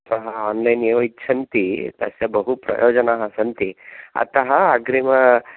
श्व आन्लैन् एव इच्छन्ति तस्य बहु प्रयोजनानि सन्ति अत अग्रिम